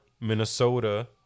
Minnesota